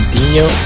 Dino